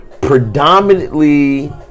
predominantly